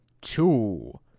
Two